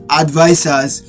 advisors